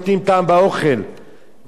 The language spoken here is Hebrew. גם בעניין הזה נמצא זיוף רב.